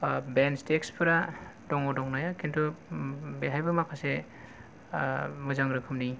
बेन्स desk फोरा दङ किन्तु बेवहायबो माखासे मोजां रोखोमनि